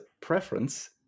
preference